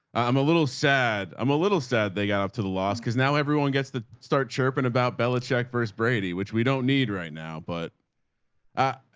i'm a little sad. i'm a little sad. they got up to the loss. cause now everyone gets to start chirping about bella check first brady, which we don't need right now. but i,